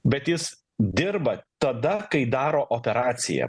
bet jis dirba tada kai daro operaciją